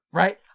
right